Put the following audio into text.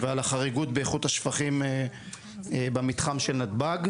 ועל החריגות באיכות השפכים במתחם של נתב"ג.